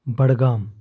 Budgam